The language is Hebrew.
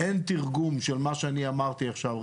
אין תרגום של מה שאני אמרתי עכשיו,